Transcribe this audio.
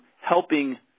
helping